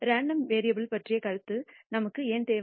random variable பற்றிய கருத்து நமக்கு ஏன் தேவை